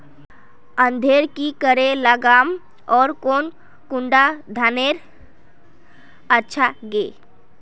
धानेर की करे लगाम ओर कौन कुंडा धानेर अच्छा गे?